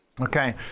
Okay